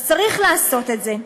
אז צריך לעשות את זה.